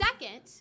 Second